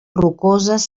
rocoses